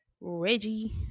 Reggie